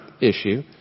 issue